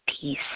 peace